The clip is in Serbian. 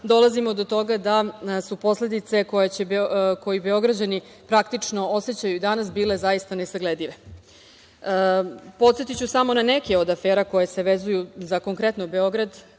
dolazimo do toga da su posledice koje Beograđani praktično osećaju i danas, bile zaista nesagledive. Podsetiću samo na neke od afera koje se vezuju konkretno za Beograd,